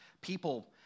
people